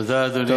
תודה, אדוני.